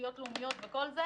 תשתיות לאומיות וכולי,